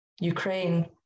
Ukraine